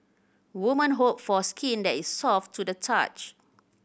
woman hope for skin that is soft to the touch